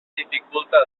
dificulta